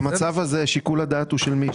במצב הזה שיקול הדעת הוא של מי?